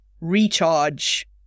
recharge